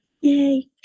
Yay